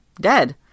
dead